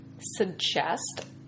suggest